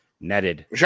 netted